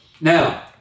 Now